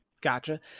gotcha